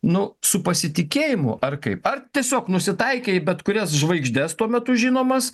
nu su pasitikėjimu ar kaip ar tiesiog nusitaikė į bet kurias žvaigždes tuo metu žinomas